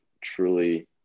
truly